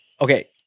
Okay